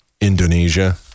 Indonesia